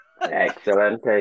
Excellent